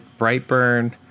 brightburn